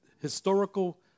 historical